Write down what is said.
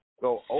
go